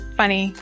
funny